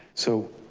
so